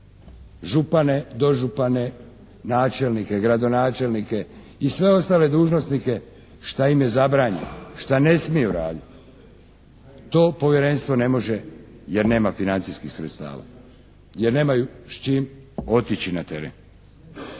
župane, dožupane, načelnike, gradonačelnike i sve ostale dužnosnike što im je zabranjeno, što ne smiju raditi. To Povjerenstvo ne može jer nema financijskih sredstava. Jer nemaju s čim otići na teren.